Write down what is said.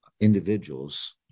individuals